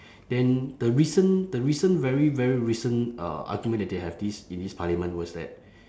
then the recent the recent very very recent uh argument that they have this in this parliament was that